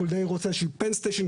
חולדאי רוצה איזושהי penn station,